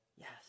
yes